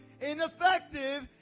ineffective